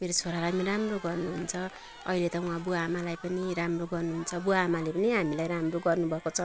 मेरो छोरालाई पनि राम्रो गर्नुहुन्छ अहिले त वा बुवा आमालाई पनि राम्रो गर्नुहुन्छ बुवा आमाले पनि हामीलाई राम्रो गर्नुभएको छ